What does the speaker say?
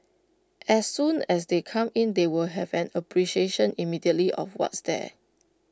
as soon as they come in they will have an appreciation immediately of what's there